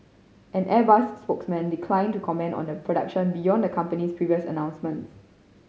an Airbus spokesman declined to comment on a production beyond the company's previous announcements